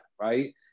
right